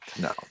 no